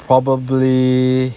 probably